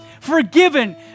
forgiven